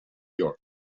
york